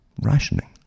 Rationing